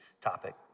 topic